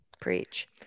Preach